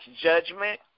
judgment